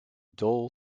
dull